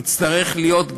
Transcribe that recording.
יצטרך להיות,